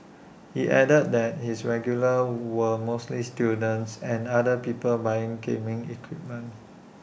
he added that his regulars were mostly students and other people buying gaming equipment